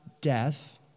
death